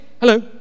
Hello